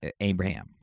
Abraham